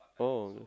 oh